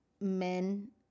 men